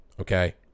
Okay